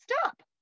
stop